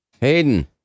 Hayden